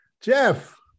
jeff